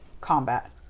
combat